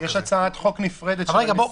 יש הצעת חוק נפרדת של הנשיאות,